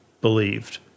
believed